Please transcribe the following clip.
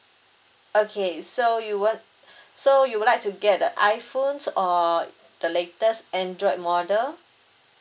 okay so you want so you would like to get a iPhone or the latest Android model